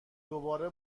دوباره